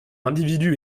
individu